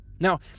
Now